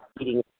eating